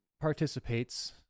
participates